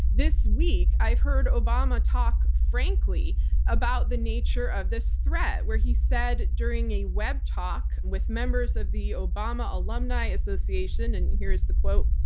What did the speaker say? this week, i heard obama talk frankly about the nature of this threat where he said during a web talk with members of the obama alumni association. and here is the quote,